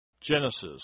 Genesis